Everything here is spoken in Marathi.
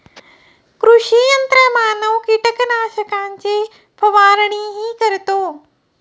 कृषी यंत्रमानव कीटकनाशकांची फवारणीही करतो